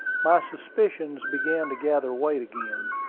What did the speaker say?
my suspicions began to gather weight again.